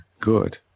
good